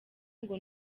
ngo